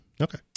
Okay